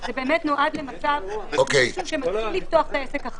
זה נועד למצב שהולכים לפתוח את העסק.